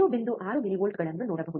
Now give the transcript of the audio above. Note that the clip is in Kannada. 6 ಮಿಲಿವೋಲ್ಟ್ಗಳನ್ನು ನೋಡಬಹುದು